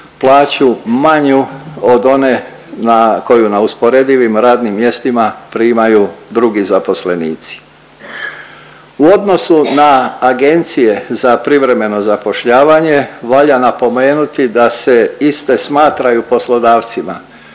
plaću manju od one na koju na usporedivim radnim mjestima primaju drugi zaposlenici. U odnosu na agencije za privremeno zapošljavanje, valja napomenuti da se iste smatraju poslodavcima